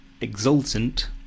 exultant